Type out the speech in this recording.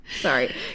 Sorry